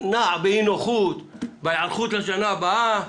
נע באי נוחות בהיערכות לשנה הבאה,